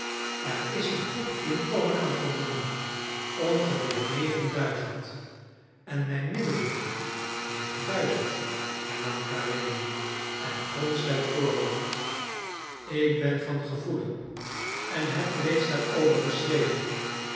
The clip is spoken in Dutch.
er is een goed inkomen aan verbonden ongeveer negen duizend en mijn middelen negen duizend hernam karenin en fronste het voorhoofd ik ben van gevoelen en heb reeds daarover geschreven